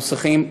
אנחנו צריכים,